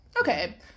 Okay